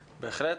בהחלט.